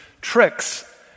tricks